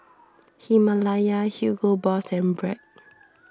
Himalaya Hugo Boss and Bragg